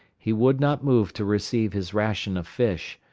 he would not move to receive his ration of fish,